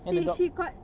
then the doc~